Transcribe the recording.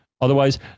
otherwise